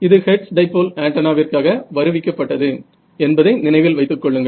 இது Hertz dipole antenna விற்காக வருவிக்கப்பட்டது என்பதை நினைவில் வைத்துக் கொள்ளுங்கள்